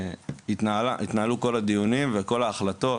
ושלאורן התנהלו כל הדיונים וכל ההחלטות